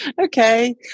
Okay